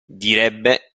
direbbe